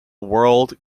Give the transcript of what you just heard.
world